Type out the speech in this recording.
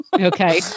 Okay